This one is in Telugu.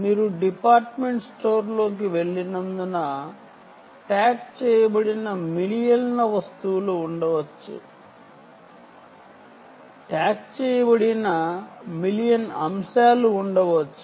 మీరు డిపార్ట్మెంటల్ స్టోర్లోకి వెళ్ళినప్పుడు ట్యాగ్ చేయబడిన మిలియన్ల వస్తువులు ఉండవచ్చు ట్యాగ్ చేయబడిన మిలియన్ అంశాలు ఉండవచ్చు